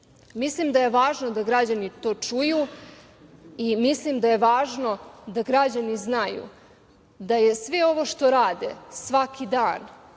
Mislim da je važno da građani to čuju i mislim da je važno da građani znaju da je sve ovo što rade svaki dan